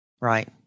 Right